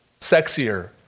sexier